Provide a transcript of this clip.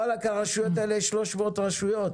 וואלק הרשויות האלה, יש 300 רשויות,